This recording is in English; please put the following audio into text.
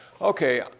okay